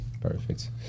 Perfect